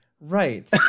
right